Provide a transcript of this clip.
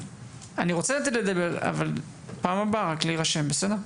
פעם הבא רק להירשם, בסדר?